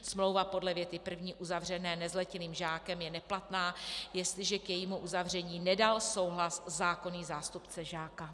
Smlouva podle věty první uzavřená nezletilým žákem je neplatná, jestliže k jejímu uzavření nedal souhlas zákonný zástupce žáka.